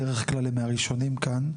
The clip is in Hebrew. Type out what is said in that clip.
בדרך כלל הם מהראשונים כאן.